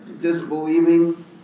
disbelieving